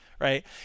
right